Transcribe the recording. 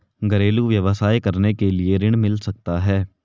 घरेलू व्यवसाय करने के लिए ऋण मिल सकता है?